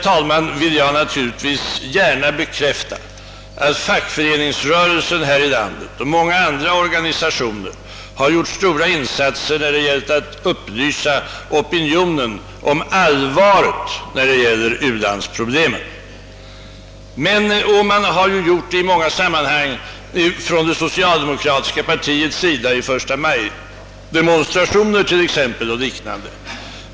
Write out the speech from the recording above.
Jag vill naturligtvis gärna bekräfta att fackföreningsrörelsen här i landet och många andra organisationer har gjort stora insatser när det gällt att upplysa opinionen om allvaret i ulandsproblemen. Och man har gjort det också från det socialdemokratiska partiets sida i många sammanhang, t.ex. vid förstamajdemonstrationer.